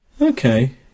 Okay